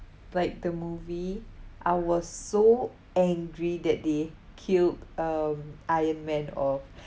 like the movie I was so angry that they killed um iron man uh